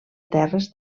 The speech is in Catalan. terres